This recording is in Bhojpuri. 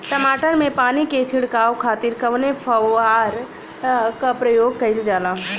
टमाटर में पानी के छिड़काव खातिर कवने फव्वारा का प्रयोग कईल जाला?